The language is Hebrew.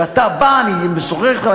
כשאתה בא אני משוחח אתך,